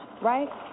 right